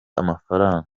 amafaranga